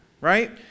right